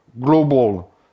global